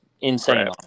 insane